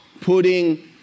putting